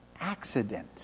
accident